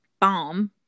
bomb